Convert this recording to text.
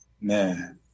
Man